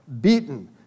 beaten